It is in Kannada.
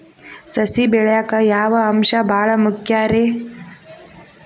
ಸಸಿ ಬೆಳೆಯಾಕ್ ಯಾವ ಅಂಶ ಭಾಳ ಮುಖ್ಯ ರೇ?